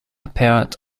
apparent